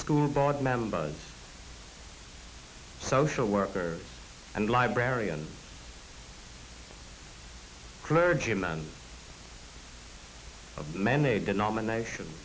school board members social worker and librarian clergymen of many denominations